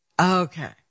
Okay